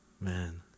man